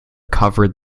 covered